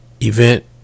event